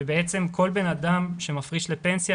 שבעצם כל בן-אדם שמפריש לפנסיה,